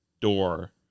door